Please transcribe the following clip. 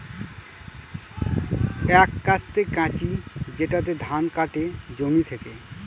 এক কাস্তে কাঁচি যেটাতে ধান কাটে জমি থেকে